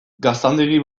gaztandegi